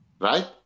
Right